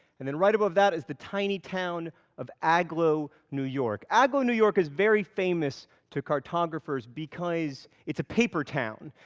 and then right above that is the tiny town of agloe, new york. agloe, new york, is very famous to cartographers, because it's a paper town.